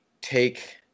take